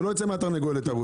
זה לא יוצא מהתרנגולת ארוז.